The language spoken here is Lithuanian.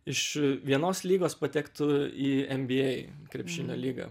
iš vienos lygos patektų į nba krepšinio lygą